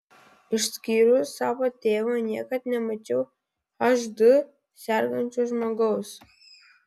išskyrus savo tėvą niekad nemačiau hd sergančio žmogaus